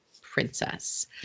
princess